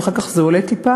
ואחר כך זה עולה טיפה,